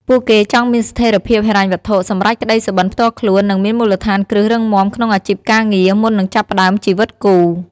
ពួកគេចង់មានស្ថិរភាពហិរញ្ញវត្ថុ សម្រេចក្ដីសុបិនផ្ទាល់ខ្លួន និងមានមូលដ្ឋានគ្រឹះរឹងមាំក្នុងអាជីពការងារ មុននឹងចាប់ផ្ដើមជីវិតគូ។